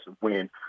win